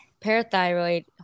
parathyroid